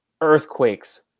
earthquakes